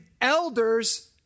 elders